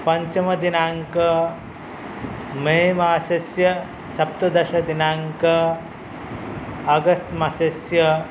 पञ्चमदिनाङ्कः मे मासस्य सप्तदशदिनाङ्कः अगस्ट् मासस्य